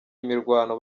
imirwano